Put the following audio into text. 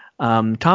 Tom